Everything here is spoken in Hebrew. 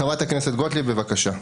חברת הכנסת גוטליב, בבקשה.